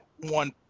one